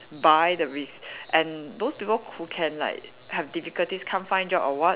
buy the and those people who can like have difficulties can't find job or what